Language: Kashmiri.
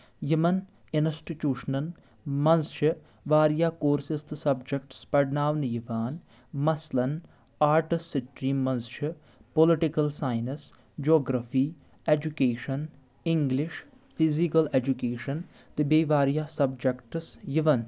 یِمن انسٹِٹیوٗشنن منٛز چھِ واریاہ کورسِز تہٕ سبجکٹٕس پرناونہٕ یِوان مثلن آٹس سِٹریٖم منٛز چھِ political science geography education English physical education تہٕ بیٚیہِ واریاہ سبجکٹٕس یِوان